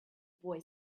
boy